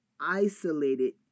isolated